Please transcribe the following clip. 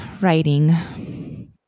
writing